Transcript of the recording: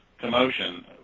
commotion